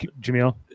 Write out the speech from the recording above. Jamil